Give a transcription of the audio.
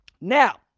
Now